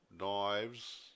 knives